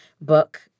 book